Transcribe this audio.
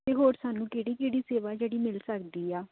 ਅਤੇ ਹੋਰ ਸਾਨੂੰ ਕਿਹੜੀ ਕਿਹੜੀ ਸੇਵਾ ਜਿਹੜੀ ਮਿਲ ਸਕਦੀ ਆ